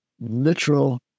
literal